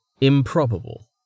Improbable